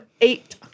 eight